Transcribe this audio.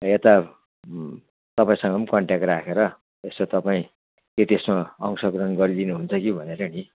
यता तपाईँसँग म कन्ट्याक्ट राखेर यसो तपाईँ के त्यसमा अंशग्रहण गरिदिनु हुन्छ कि भनेर नि